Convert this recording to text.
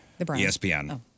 ESPN